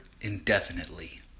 indefinitely